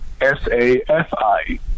S-A-F-I